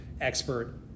expert